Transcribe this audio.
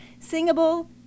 singable